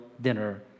dinner